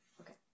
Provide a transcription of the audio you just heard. Okay